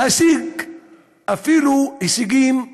להשיג אפילו הישגים,